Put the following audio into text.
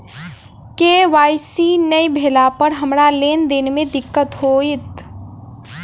KYC नै भेला पर हमरा लेन देन मे दिक्कत होइत?